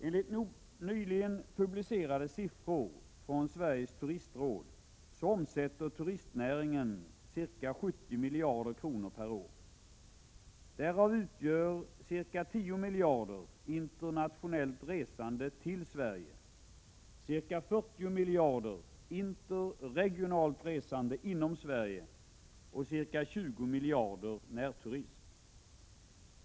Enligt nyligen publicerade siffror från Sveriges turistråd omsätter turistnäringen ca 70 miljarder kronor per år. Därav utgör ca 10 miljarder internationellt resande till Sverige, ca 40 miljarder interregionalt resande inom Sverige och ca 20 miljarder närturism.